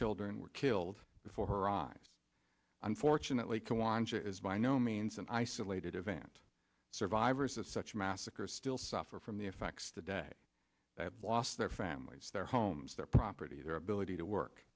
children were killed before her eyes unfortunately can wander is by no means an isolated event survivors of such massacre still suffer from the effects today that lost their families their homes their property their ability to work